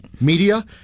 media